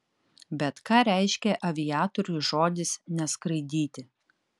bet ką reiškia aviatoriui žodis neskraidyti